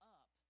up